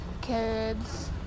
kids